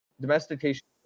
Domestication